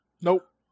Nope